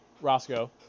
Roscoe